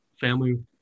family